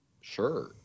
Sure